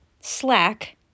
Slack